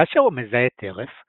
כאשר הוא מזהה טרף,